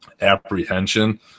apprehension